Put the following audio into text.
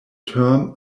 term